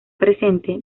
presente